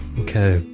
okay